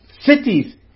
Cities